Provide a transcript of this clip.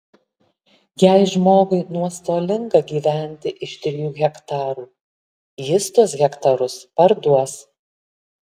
jei žmogui nuostolinga gyventi iš trijų hektarų jis tuos hektarus parduos